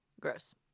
Gross